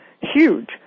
Huge